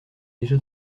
déjà